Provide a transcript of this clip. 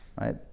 right